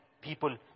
people